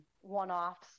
one-offs